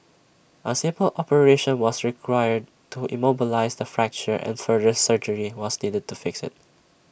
A simple operation was required to immobilise the fracture and further surgery was needed to fix IT